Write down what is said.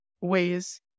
ways